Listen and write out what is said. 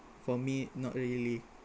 for me not really